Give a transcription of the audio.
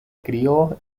crio